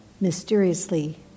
Mysteriously